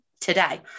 today